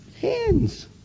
hands